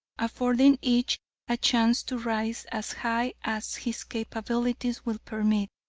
affording each a chance to rise as high as his capabilities will permit.